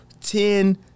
ten